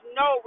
no